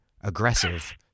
aggressive